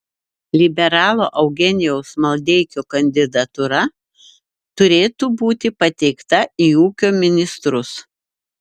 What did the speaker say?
liberalo eugenijaus maldeikio kandidatūra turėtų būti pateikta į ūkio ministrus